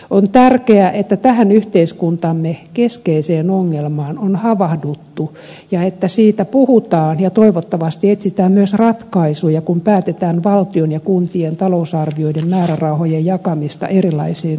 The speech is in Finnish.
on tärkeää että tähän yhteiskuntamme keskeiseen ongelmaan on havahduttu ja että siitä puhutaan ja toivottavasti etsitään myös ratkaisuja kun päätetään valtion ja kuntien talousarvioiden määrärahojen jakamisesta erilaisiin kohteisiin